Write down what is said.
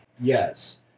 Yes